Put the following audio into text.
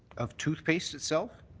of toothpaste itself?